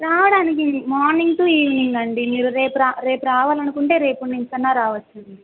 రావడానికి morning to evening అండి మీరు రేపు రేపు రావాలి అనుకుంటే రేపటినుంచైనా రావచ్చు అండి